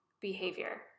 behavior